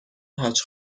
حاج